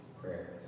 prayers